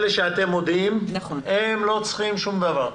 יש את אלה שאתם מודיעים להם הם לא צריכים לעשות שום דבר,